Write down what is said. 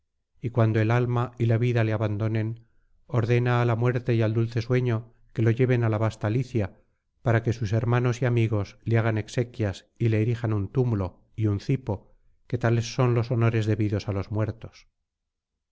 y cuando el alma y la vida le abandonen ordena á la muerte y al dulce sueño que lo lleven á la vasta licia para que sus hermanos y amigos le hagan exequias y le erijan un túmulo y un cipo que tales son los honores debidos á los muertos